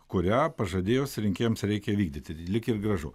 kurią pažadėjus rinkėjams reikia vykdyti lyg ir gražu